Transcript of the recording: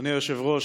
אדוני היושב-ראש,